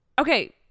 okay